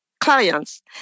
clients